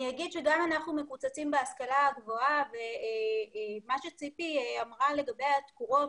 אני אגיד שגם אנחנו מקוצצים בהשכלה הגבוהה ומה שציפי אמרה לגבי התקורות,